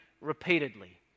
repeatedly